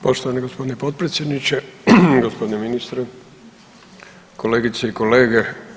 Poštovani gospodine potpredsjedniče, gospodine ministre, kolegice i kolege.